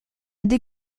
aussi